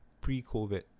pre-covid